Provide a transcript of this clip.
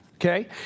Okay